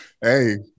Hey